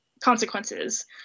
consequences